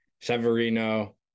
Severino